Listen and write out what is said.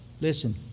Listen